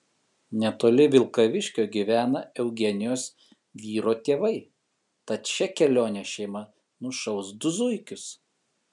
netoli vilkaviškio gyvena eugenijos vyro tėvai tad šia kelione šeima nušaus du zuikius